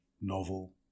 novel